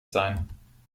sein